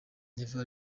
never